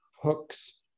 hooks